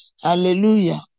Hallelujah